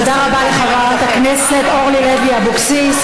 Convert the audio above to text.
תודה רבה לחברת הכנסת אורלי לוי אבקסיס.